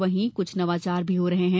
वहीं के नवाचार भी हो रहे हैं